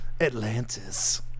Atlantis